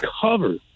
covered